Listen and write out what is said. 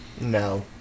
No